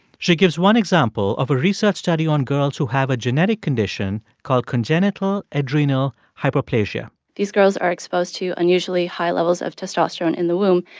she gives one example of a research study on girls who have a genetic condition called congenital adrenal hyperplasia these girls are exposed to unusually high levels of testosterone in the womb.